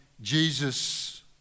Jesus